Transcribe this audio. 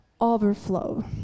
overflow